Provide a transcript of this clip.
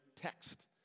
text